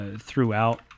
throughout